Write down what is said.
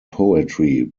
poetry